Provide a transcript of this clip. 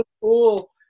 cool